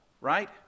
right